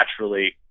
naturally